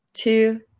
two